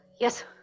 Yes